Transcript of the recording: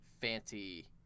fancy